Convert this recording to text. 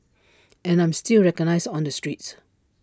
and I'm still recognised on the streets